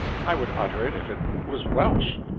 i would utter it if it was welsh.